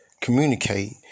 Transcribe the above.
communicate